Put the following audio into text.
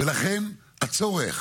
וזה פתאום התהפך?